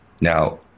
Now